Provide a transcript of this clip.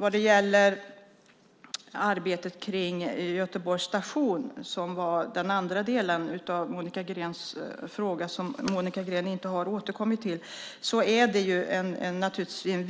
andra delen i Monica Greens interpellation gällde arbetet kring Göteborgs station, men Monica Green har inte återkommit till frågan.